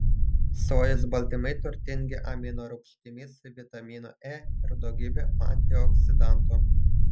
sojos baltymai turtingi aminorūgštimis vitaminu e ir daugybe antioksidantų